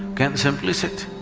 can simply sit.